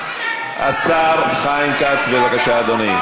השר חיים כץ, בבקשה, אדוני.